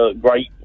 great